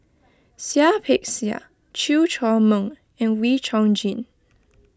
Seah Peck Seah Chew Chor Meng and Wee Chong Jin